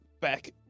back